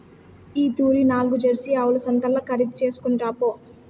ఈ తూరి నాల్గు జెర్సీ ఆవుల సంతల్ల ఖరీదు చేస్కొని రాపో